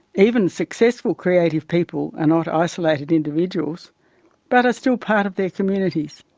even successful creative people are not isolated individuals but are still part of their communities.